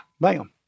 Bam